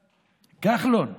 כחלון,